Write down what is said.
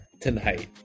tonight